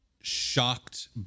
shocked